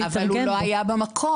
אבל הוא לא היה במקור.